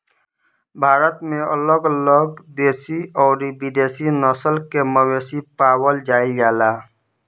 भारत में अलग अलग देशी अउरी विदेशी नस्ल के मवेशी पावल जाइल जाला